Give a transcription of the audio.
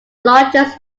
largest